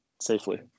safely